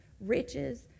riches